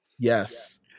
Yes